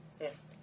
Yes